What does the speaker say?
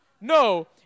No